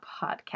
podcast